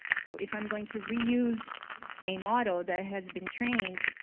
so if i'm going to reuse a model that has been trained,